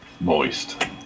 Moist